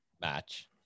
match